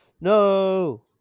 No